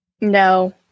No